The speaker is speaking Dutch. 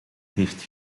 heeft